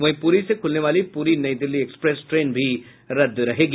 वहीं पूरी से खुलने वाली पूरी नई दिल्ली एक्सप्रेस ट्रेन भी रद्द रहेगी